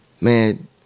man